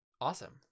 awesome